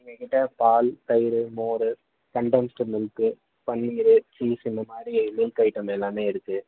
எங்கக்கிட்ட பால் தயிர் மோர் கண்டன்ஸ்டு மில்க்கு பன்னீரு சீஸ் இந்த மாதிரி மில்க் ஐட்டம் எல்லாமே இருக்குது